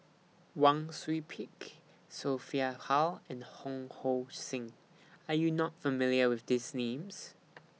Wang Sui Pick Sophia Hull and Ho Hong Sing Are YOU not familiar with These Names